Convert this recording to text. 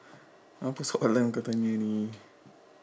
apa soalan kau tanya ini